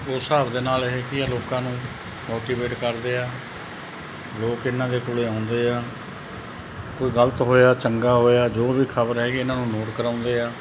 ਉਸ ਹਿਸਾਬ ਦੇ ਨਾਲ ਇਹ ਕੀ ਆ ਲੋਕਾਂ ਨੂੰ ਮੋਟੀਵੇਟ ਕਰਦੇ ਆ ਲੋਕ ਇਹਨਾਂ ਦੇ ਕੋਲ ਆਉਂਦੇ ਆ ਕੋਈ ਗਲਤ ਹੋਇਆ ਚੰਗਾ ਹੋਇਆ ਜੋ ਵੀ ਖ਼ਬਰ ਹੈਗੀ ਇਹਨਾਂ ਨੂੰ ਨੋਟ ਕਰਵਾਉਂਦੇ ਆ